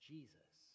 Jesus